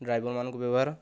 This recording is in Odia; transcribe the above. ଡ୍ରାଇଭର ମାନଙ୍କ ବ୍ୟବହାର